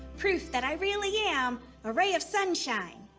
proof that i really am a ray of sunshine.